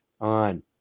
on